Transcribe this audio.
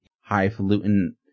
highfalutin